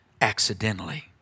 accidentally